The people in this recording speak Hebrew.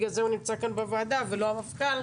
בגלל זה הוא נמצא כאן בוועדה ולא המפכ"ל.